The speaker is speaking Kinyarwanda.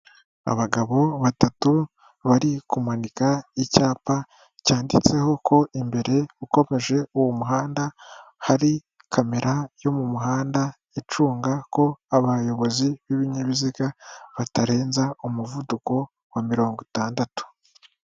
Abagabo batatu bari kumanika icyapa cyanditseho ko imbere ukomeje uwo muhanda hari kamera yo mu muhanda icunga ko abayobozi b'ibinyabiziga batarenza umuvuduko wa mirongo itandatu.